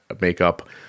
makeup